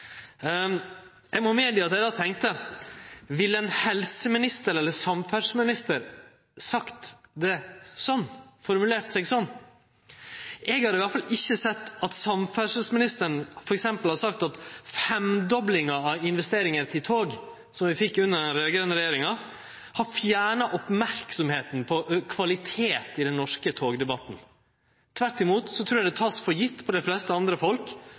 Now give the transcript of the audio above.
Eg må medgje at eg då tenkte: Ville en helseminister, eller ein samferdselsminister, formulert seg slik? Eg har iallfall ikkje sett at samferdselsministeren f.eks. har sagt at femdoblinga av investeringar til tog, som vi fekk under den raud-grøne regjeringa, har fjerna merksemda på kvalitet i den norske togdebatten. Tvert imot, så trur eg det vert teke for gitt på dei fleste andre